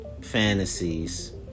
fantasies